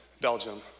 Belgium